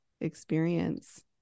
experience